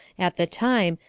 at the time,